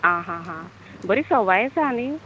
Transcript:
आहाहा बरी सवाय आसा नी